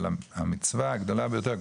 אבל המצווה הגדולה ביותר,